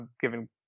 given